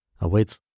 awaits